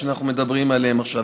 שאנחנו מדברים עליהם עכשיו.